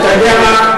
אתה יודע מה,